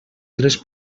tres